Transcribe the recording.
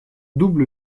double